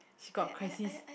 she got crisis